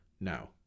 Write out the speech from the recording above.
No